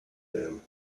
them